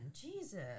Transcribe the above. Jesus